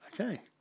Okay